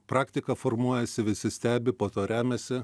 praktika formuojasi visi stebi po to remiasi